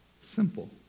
Simple